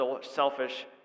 selfish